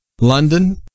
London